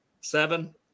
seven